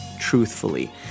Truthfully